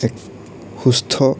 এক সুস্থ